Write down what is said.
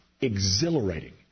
exhilarating